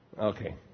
Okay